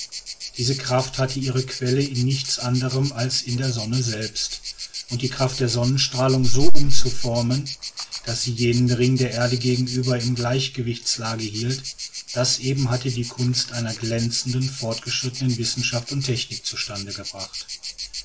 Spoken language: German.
diese kraft hatte ihre quelle in nichts anderem als in der sonne selbst und die kraft der sonnenstrahlung so umzuformen daß sie jenen ring der erde gegenüber in gleichgewichtslage hielt das eben hatte die kunst einer glänzend vorgeschrittenen wissenschaft und technik zustande gebracht